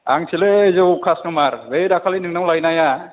आंसोलै जौ कास्ट'मार बे दाखालि नोंनाव लायनाया